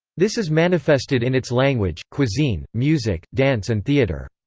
this is manifested in its language, cuisine, music, dance and theatre.